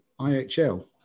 IHL